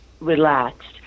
relaxed